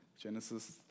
Genesis